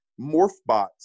Morphbots